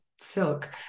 silk